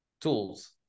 tools